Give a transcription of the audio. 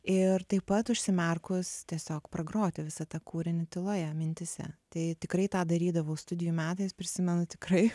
ir taip pat užsimerkus tiesiog pragroti visą tą kūrinį tyloje mintyse tai tikrai tą darydavau studijų metais prisimenu tikrai